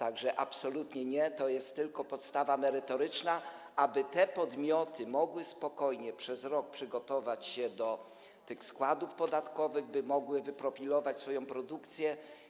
Absolutnie nie, to jest tylko podstawa merytoryczna, aby te podmioty mogły spokojnie przez rok przygotować się do składów podatkowych, by mogły wyprofilować swoją produkcję.